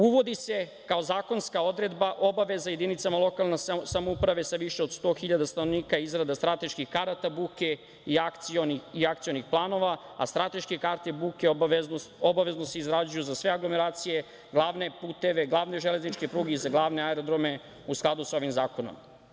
Uvodi se kao zakonska odredba obaveza jedinicama lokalne samouprave sa više od 100 hiljada stanovnika izrada strateških karata buke i akcionih planova, a strateške karte buke obavezno se izrađuju za sve aglomeracije, glavne puteve, glavne železničke pruge i za glavne aerodrome, u skladu sa ovim zakonom.